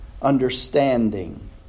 understanding